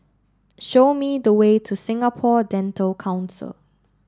show me the way to Singapore Dental Council